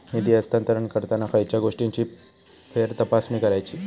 निधी हस्तांतरण करताना खयच्या गोष्टींची फेरतपासणी करायची?